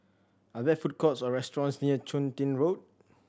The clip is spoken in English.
are there food courts or restaurants near Chun Tin Road